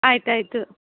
ಆಯ್ತು ಆಯ್ತು